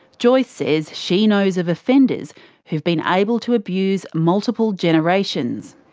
joyce says she knows of offenders who've been able to abuse multiple generations.